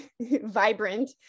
vibrant